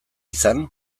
izan